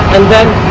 and then